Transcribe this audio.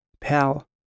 Pal